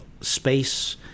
Space